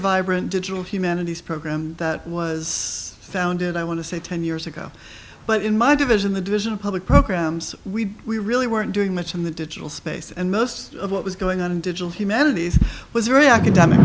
vibrant digital humanities program that was founded i want to say ten years ago but in my division the division of public programs we we really weren't doing much in the digital space and most of what was going on in digital humanities was very academic